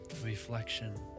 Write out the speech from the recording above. Reflection